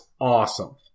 awesome